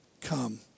come